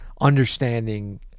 understanding